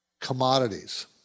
commodities